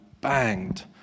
banged